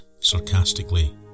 sarcastically